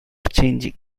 changing